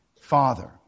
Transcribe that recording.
Father